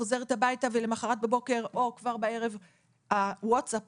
חוזרת ולמחרת בבוקר או כבר באותו הערב ההודעת